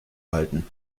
halten